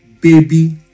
baby